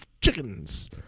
chickens